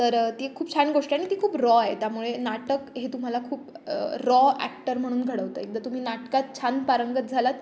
तर ती खूप छान गोष्ट आहे आणि ती खूप रॉ आहे त्यामुळे नाटक हे तुम्हाला खूप रॉ ॲक्टर म्हणून घडवतं एकदा तुम्ही नाटकात छान पारंगत झालात